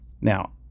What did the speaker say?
Now